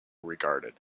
regarded